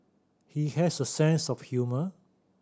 he has a sense of humour